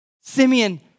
Simeon